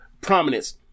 Prominence